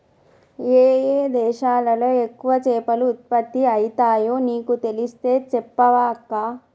ఏయే దేశాలలో ఎక్కువ చేపలు ఉత్పత్తి అయితాయో నీకు తెలిస్తే చెప్పవ అక్కా